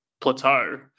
plateau